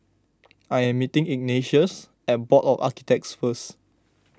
I am meeting Ignatius at Board of Architects first